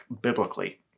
biblically